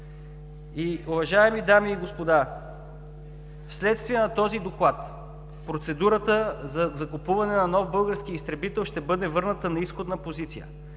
Уважаеми дами и господа, вследствие на този Доклад процедурата за закупуване на нов български изтребител ще бъде върната на изходна позиция.